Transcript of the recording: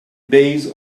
base